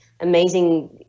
amazing